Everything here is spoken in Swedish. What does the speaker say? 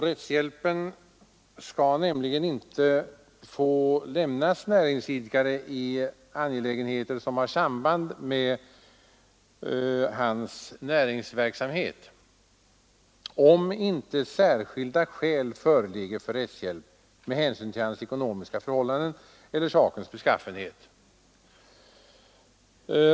Rättshjälp skall nämligen inte få lämnas till näringsidkare i angelägenheter som har samband med hans näringsverksamhet, om inte särskilda skäl föreligger för rättshjälp med hänsyn till hans ekonomiska förhållanden eller sakens beskaffenhet.